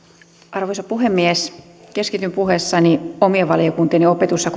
arvoisa puhemies keskityn puheessani omien valiokuntieni opetus ja